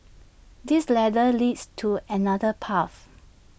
this ladder leads to another path